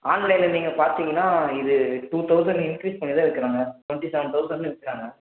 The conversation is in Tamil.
ஆன்லைனில் நீங்கள் பார்த்தீங்கன்னா இது டூ தவுசன்ட் இன்க்ரீஸ் பண்ணி தான் விற்கிறாங்க டுவெண்ட்டி செவன் தவுசன்ட்னு விற்கிறாங்க